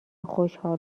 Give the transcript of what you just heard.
خشحال